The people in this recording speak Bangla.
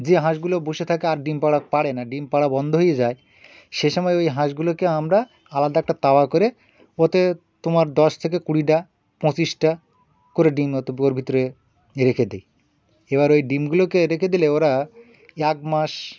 যে হাঁসগুলো বসে থাকে আর ডিম পাড়া পাড়ে না ডিম পাড়া বন্ধ হয়ে যায় সে সময় ওই হাঁসগুলোকে আমরা আলাদা একটা তাওয়া করে ওতে তোমার দশ থেকে কুড়িটা পঁচিশটা করে ডিম ওতে ওর ভিতরে রেখে দিই এবার ওই ডিমগুলোকে রেখে দিলে ওরা এক মাস